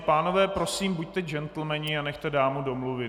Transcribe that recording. Pánové, prosím, buďte džentlmeni a nechte dámu domluvit.